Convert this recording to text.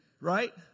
Right